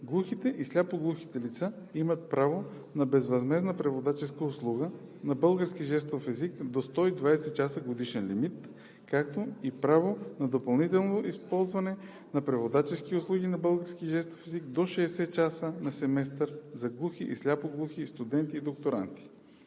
Глухите и сляпо-глухите лица имат право на безвъзмездна преводаческа услуга на български жестов език до 120 часа годишен лимит, както и право на допълнително ползване на преводачески услуги на български жестов език до 60 часа на семестър за глухи и сляпо-глухи студенти и докторанти.